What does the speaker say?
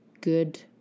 good